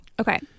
Okay